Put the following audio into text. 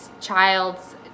child's